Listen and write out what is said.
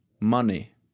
money